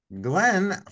Glenn